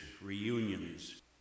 reunions